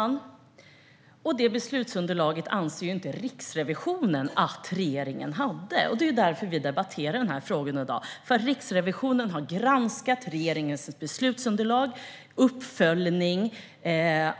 Fru talman! Detta beslutsunderlag anser inte Riksrevisionen att regeringen hade. Vi debatterar denna fråga i dag för att Riksrevisionen har granskat regeringens beslutsunderlag och uppföljning